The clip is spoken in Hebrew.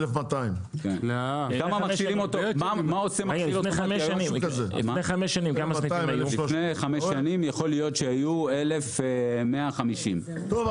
1,200. לפני חמש שנים יכול להיות שהיו 1,150. טוב,